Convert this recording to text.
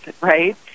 right